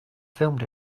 filmed